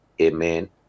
Amen